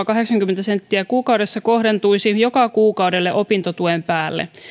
kahdeksankymmentä euroa kuukaudessa kohdentuisi joka kuukaudelle opintotuen päälle